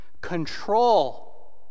control